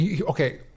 Okay